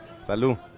Salud